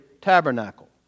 tabernacle